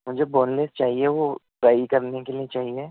مجھے boneless چاہیے وہ فرائی کرنے کے لیے چاہیے